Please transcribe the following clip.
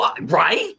Right